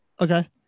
Okay